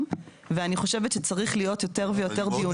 ואני חושבת שצריך להיות יותר ויותר דיונים על זה.